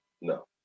no